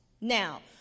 Now